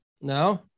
No